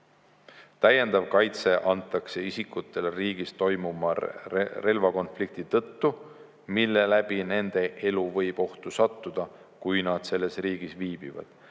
Täiendav kaitse antakse isikutele riigis toimuva relvakonflikti tõttu, mille läbi nende elu võib ohtu sattuda, kui nad selles riigis viibivad.